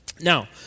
Now